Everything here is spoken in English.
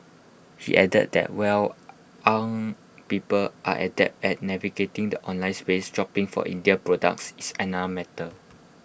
he added that while young people are adept at navigating the online space shopping for Indian products is another matter